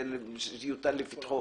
שזה יוטל לפתחו.